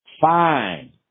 Fine